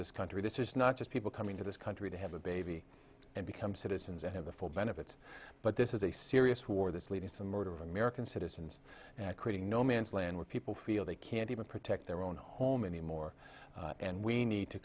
this country this is not just people coming to this country to have a baby and become citizens and have the full benefits but this is a serious war that's leading to the murder of american citizens and creating no man's land where people feel they can't even protect their own home anymore and we need to